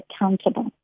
accountable